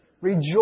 rejoice